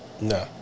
No